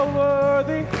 worthy